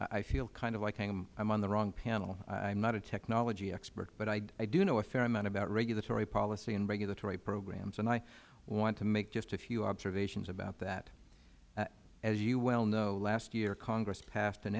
i feel kind of like i am on the wrong panel i am not a technology expert but i do know a fair amount about regulatory policy and regulatory programs and i want to make just a few observations about that as you well know last year congress passed an